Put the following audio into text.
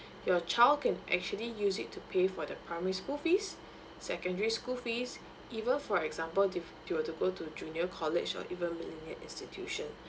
your child can actually use it to pay for the primary school fees secondary school fees even for example if you were to go to the junior college or even millennia institution